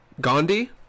Gandhi